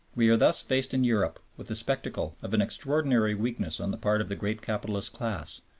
we are thus faced in europe with the spectacle of an extraordinary weakness on the part of the great capitalist class,